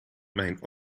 mijn